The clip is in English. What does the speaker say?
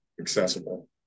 accessible